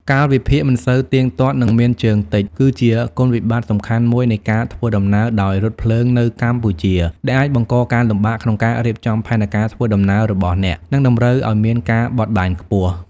កាលវិភាគមិនសូវទៀងទាត់ និងមានជើងតិច គឺជាគុណវិបត្តិសំខាន់មួយនៃការធ្វើដំណើរដោយរថភ្លើងនៅកម្ពុជា ដែលអាចបង្កការលំបាកក្នុងការរៀបចំផែនការធ្វើដំណើររបស់អ្នក និងតម្រូវឱ្យមានការបត់បែនខ្ពស់។